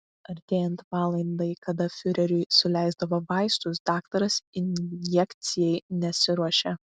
artėjant valandai kada fiureriui suleisdavo vaistus daktaras injekcijai nesiruošė